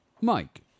Mike